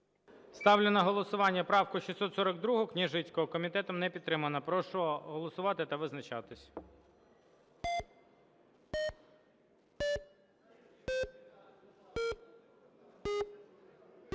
Ставлю на голосування правку 642 Княжицького. Комітетом не підтримана. Прошу голосувати та визначатись.